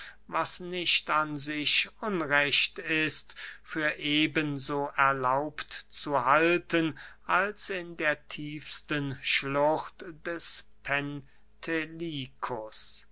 was nicht an sich unrecht ist für eben so erlaubt zu halten als in der tiefsten schlucht des